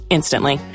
instantly